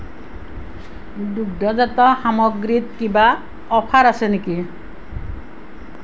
দুগ্ধজাত সামগ্ৰীত কিবা অফাৰ আছে নেকি